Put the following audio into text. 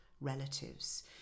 relatives